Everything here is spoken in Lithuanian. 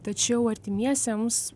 tačiau artimiesiems